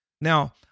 Now